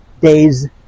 days